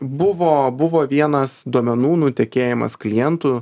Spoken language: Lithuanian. buvo buvo vienas duomenų nutekėjimas klientų